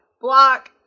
Block